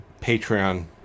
Patreon